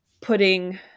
putting